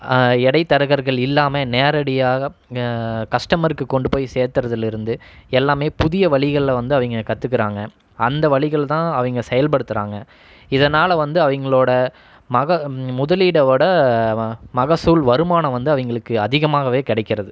இடைத்தரகர்கள் இல்லாமல் நேரடியாக கஸ்டமருக்கு கொண்டு போய் சேர்த்துறதுல இருந்து எல்லாமே புதிய வழிகள்ல வந்து அவங்க கத்துக்கிறாங்க அந்த வழிகள் தான் அவங்க செயல்படுத்துகிறாங்க இதனால் வந்து அவங்களோட மக முதலீடோட மகசூல் வருமானம் வந்து அவங்களுக்கு அதிகமாகவே கிடைக்கிறது